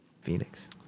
Phoenix